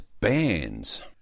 bands